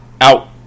out